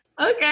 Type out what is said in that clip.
Okay